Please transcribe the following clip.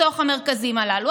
בתוך המרכזים הללו.